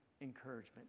encouragement